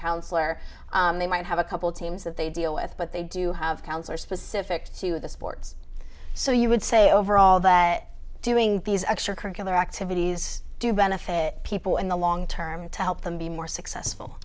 counselor they might have a couple teams that they deal with but they do have counselors specific to the sports so you would say overall that doing these extracurricular activities do benefit people in the long term to help them be more successful